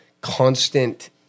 constant